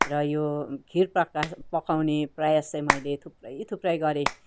र यो खिर प्रका पकाउने प्रयास चाहिँ मैले थुप्रै थुप्रै गरेँ